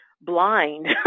blind